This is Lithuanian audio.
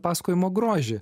pasakojimo grožį